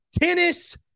tennis